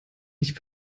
nicht